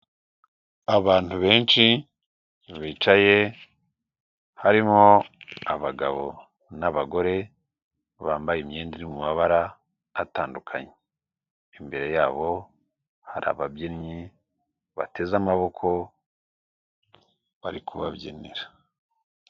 Abantu benshi bicaye, harimo abagabo n'abagore bambaye imyenda iri mu mabara atandukanye. Imbere yabo hari ababyinnyi bateze amaboko, bari kubabyinira.